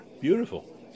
beautiful